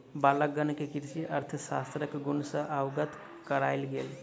बालकगण के कृषि अर्थशास्त्रक गुण सॅ अवगत करायल गेल